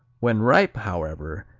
when ripe, however,